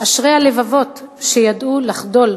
אשרי הלבבות שידעו לחדול